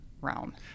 realm